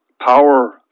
power